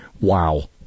wow